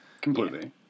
Completely